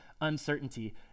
uncertainty